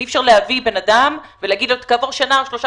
אי אפשר להביא בן אדם ולהגיד לו כעבור שנה או שלושה